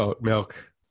milk